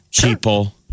people